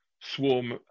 Swarm